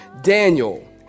Daniel